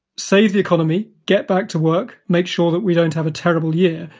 save the economy, get back to work, make sure that we don't have a terrible year.